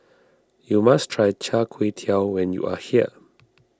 you must try Char Kway Teow when you are here